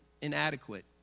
inadequate